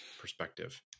perspective